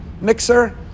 mixer